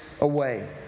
away